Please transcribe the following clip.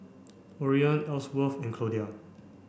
Orion Elsworth and Claudia